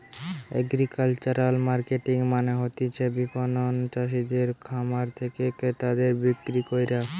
agricultural marketing মানে হতিছে বিপণন চাষিদের খামার থেকে ক্রেতাদের বিক্রি কইরা